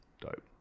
Dope